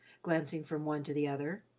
glancing from one to the other.